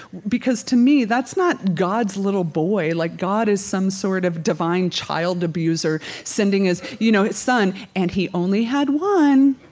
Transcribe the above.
because to me that's not god's little boy, like god is some sort of divine child abuser sending you know his son and he only had one,